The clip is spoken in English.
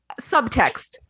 Subtext